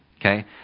okay